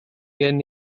gen